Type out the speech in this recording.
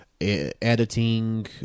editing